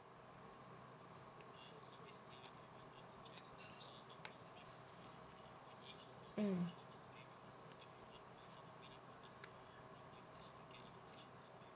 mm